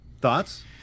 thoughts